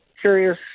curious